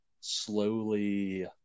slowly